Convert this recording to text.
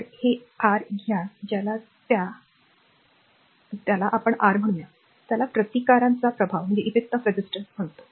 तर हे आर घ्या ज्याला त्या आर म्हणा त्याला प्रतिकारांचा प्रभाव म्हणतो